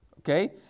okay